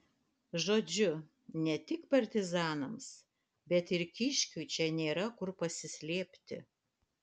žodžiu ne tik partizanams bet ir kiškiui čia nėra kur pasislėpti